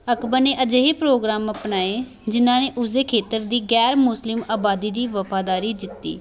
ਅਕਬਰ ਨੇ ਅਜਿਹੇ ਪ੍ਰੋਗਰਾਮ ਅਪਣਾਏ ਜਿਨ੍ਹਾਂ ਨੇ ਉਸਦੇ ਖੇਤਰ ਦੀ ਗੈਰ ਮੁਸਲਿਮ ਆਬਾਦੀ ਦੀ ਵਫ਼ਾਦਾਰੀ ਜਿੱਤੀ